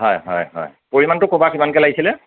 হয় হয় হয় পৰিমাণটো ক'বা কিমানকৈ লাগিছিলে